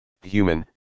human